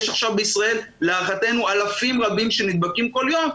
יש עכשיו בישראל להערכתנו אלפים רבים של נדבקים כל יום,